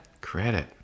Credit